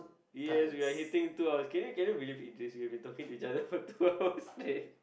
yes we are hitting two hours can you can you believe it Idris we have been talking to each other for two hours eh